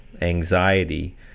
anxiety